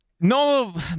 no